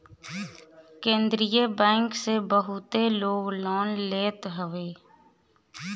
केंद्रीय बैंक से बहुते लोग लोन लेत हवे